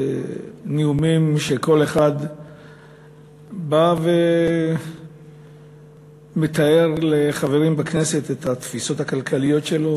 נאומים שכל אחד בא ומתאר לחברים בכנסת את התפיסות הכלכליות שלו,